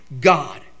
God